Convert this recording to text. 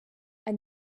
and